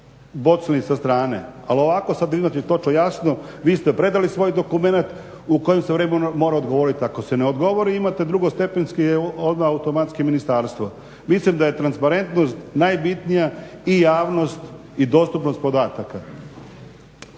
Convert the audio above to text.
bocnuli sa strane. Ali ovako sada imate točno jasno vi ste predali svoj dokumenat u kojem se vremenu mora odgovoriti. Ako se ne odgovori imate drugostepenski odmah automatski ministarstvo. Mislim da je transparentnost najbitnija i javnost i dostupnost podataka.